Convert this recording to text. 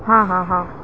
ہاں ہاں ہاں